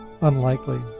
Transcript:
unlikely